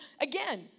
again